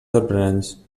sorprenents